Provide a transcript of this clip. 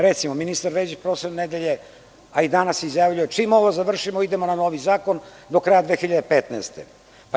Recimo ministar već prošle nedelje, a i danas izjavljuje, čim ovo završimo idemo na novi zakon do kraja 2015. godine.